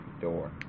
door